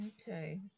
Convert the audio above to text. Okay